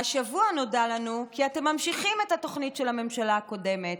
והשבוע נודע לנו כי אתם ממשיכים את התוכנית של הממשלה הקודמת,